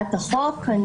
הצעת החוק.